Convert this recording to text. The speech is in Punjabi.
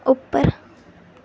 ਉੱਪਰ